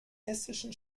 hessischen